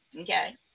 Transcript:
Okay